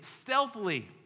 stealthily